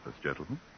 gentlemen